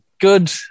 good